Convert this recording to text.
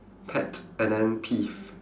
pet and then peeve